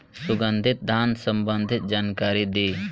सुगंधित धान संबंधित जानकारी दी?